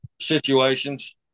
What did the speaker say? Situations